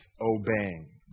obeying